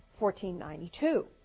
1492